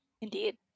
Indeed